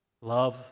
Love